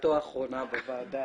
בהופעתו האחרונה בוועדה